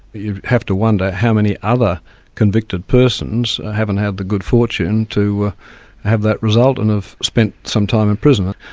you have to wonder how many other convicted persons haven't had the good fortune to have that result and have spent some time in prison.